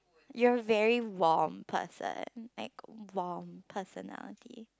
you're very warm person like warm personality